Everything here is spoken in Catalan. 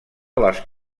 les